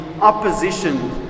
opposition